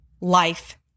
life